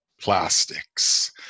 plastics